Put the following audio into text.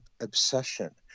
obsession